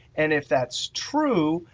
and if that's true,